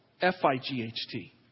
F-I-G-H-T